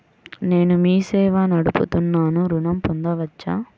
నేను మీ సేవా నడుపుతున్నాను ఋణం పొందవచ్చా?